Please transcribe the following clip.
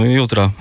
jutro